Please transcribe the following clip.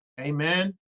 Amen